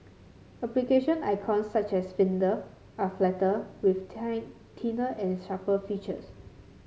application icons such as Finder are flatter with thinner and sharper features